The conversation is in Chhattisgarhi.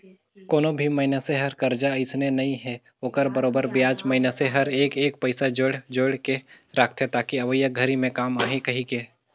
कोनो भी मइनसे हर करजा अइसने नइ हे ओखर बरोबर बियाज मइनसे हर एक एक पइसा जोयड़ जोयड़ के रखथे ताकि अवइया घरी मे काम आही कहीके